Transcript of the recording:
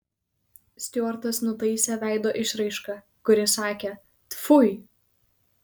stiuartas nutaisė veido išraišką kuri sakė tfui